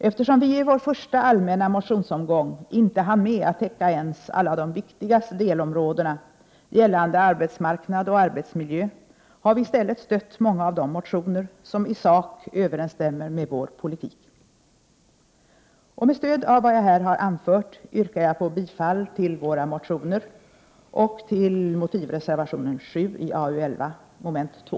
Eftersom vi i vår första allmänna motionsomgång inte hann med att täcka ens alla de viktigaste delområdena gällande arbetsmarknad och arbetsmiljö har vi i stället stött många av de motioner som i sak överensstämmer med vår politik. Med stöd av det jag här har anfört yrkar jag bifall till våra motioner och till motivreservationen 7 till AU11 mom. 2.